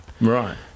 Right